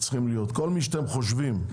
כל מי שאתם חושבים.